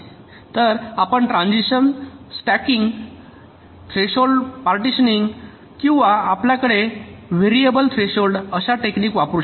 तर आपण transistor stacking dual threshold partitioning किंवा आपल्याकडे व्हेरिएबल थ्रेशोल्ड अशा टेक्निक वापरु शकता